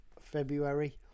February